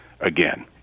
again